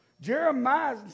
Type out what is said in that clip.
Jeremiah